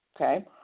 okay